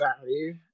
value